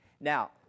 Now